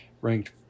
Ranked